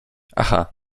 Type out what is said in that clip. aha